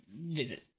Visit